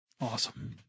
Awesome